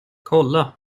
kolla